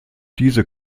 diese